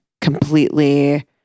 completely